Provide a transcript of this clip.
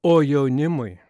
o jaunimui